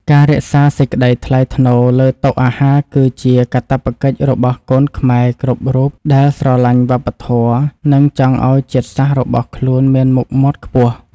ការរក្សាសេចក្តីថ្លៃថ្នូរលើតុអាហារគឺជាកាតព្វកិច្ចរបស់កូនខ្មែរគ្រប់រូបដែលស្រឡាញ់វប្បធម៌ និង ចង់ឱ្យជាតិសាសន៍របស់ខ្លួនមានមុខមាត់ខ្ពស់។